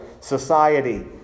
society